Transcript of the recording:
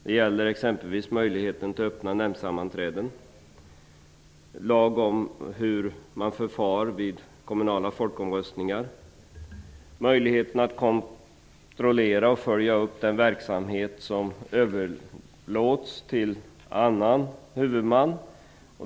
Det gäller exempelvis möjligheten till öppna nämndsammanträden, en lag om förfarandet vid kommunala folkomröstningar och möjligheterna att kontrollera och följa upp verksamhet som överlåts till annan huvudman.